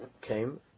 came